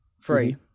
free